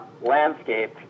landscape